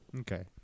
Okay